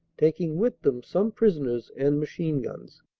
taking with them some prisoners and machine-guns.